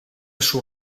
sus